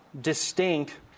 distinct